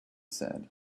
said